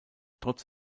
trotz